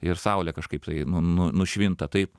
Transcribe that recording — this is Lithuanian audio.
ir saulė kažkaip nu nu nušvinta tai